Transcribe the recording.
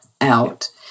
out